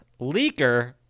leaker